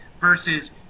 versus